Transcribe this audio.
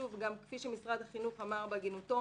כפי שמשרד החינוך אמר בהגינותו,